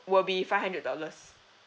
will be five hundred dollars